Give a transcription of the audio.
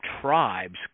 tribes